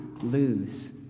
lose